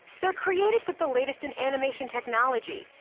they're created with the latest in animation technology,